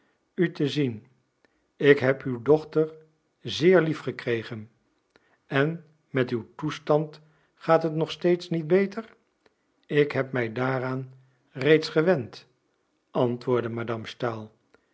u te zien ik heb uw dochter zeer lief gekregen en met uw toestand gaat het nog steeds niet beter ik heb mij daaraan reeds gewend antwoordde madame stahl